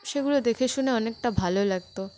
সেগুলো দেখে শুনে অনেকটা ভালো লাগত